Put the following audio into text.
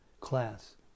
class